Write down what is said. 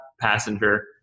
passenger